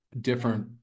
different